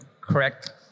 correct